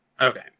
Okay